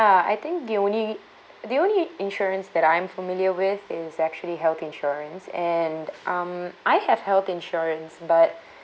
I think the only the only insurance that I'm familiar with is actually health insurance and um I have health insurance but